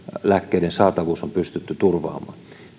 lääkkeiden saatavuus on pystytty turvaamaan